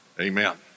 Amen